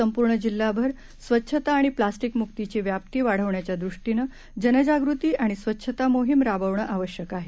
संपूर्ण जिल्हाभर स्वच्छता आणि प्लास्टिक मुक्तीची व्याप्ती वाढवण्याच्या दृष्टीने जनजागृती आणि स्वच्छता मोहीम राबवणं आवश्यक आहे